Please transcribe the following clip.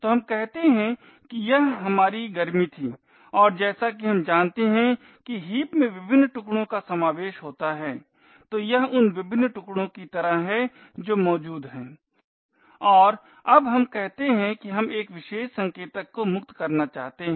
तो हम कहते हैं कि यह हमारी गर्मी थी और जैसा कि हम जानते हैं कि हीप में विभिन्न टुकड़ों का समावेश होता है तो यह उन विभिन्न टुकड़ों की तरह हैं जो मौजूद हैं और अब हम कहते हैं कि हम एक विशेष संकेतक को मुक्त करना चाहते हैं